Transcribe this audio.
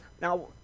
Now